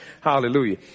Hallelujah